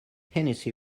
hennessy